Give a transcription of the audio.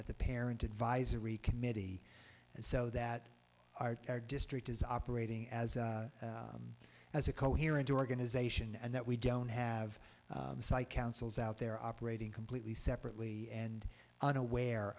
at the parent advisory committee and so that our district is operating as a as a coherent organization and that we don't have psychic ounces out there operating completely separately and unaware